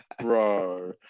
Bro